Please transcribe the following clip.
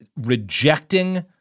rejecting